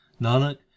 Nanak